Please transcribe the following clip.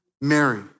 Mary